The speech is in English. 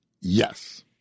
Yes